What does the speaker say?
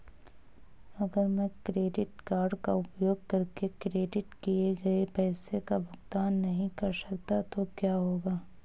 अगर मैं credit card का उपयोग करके क्रेडिट किए गए पैसे का भुगतान नहीं कर सकता तो क्या होगा?